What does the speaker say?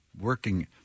working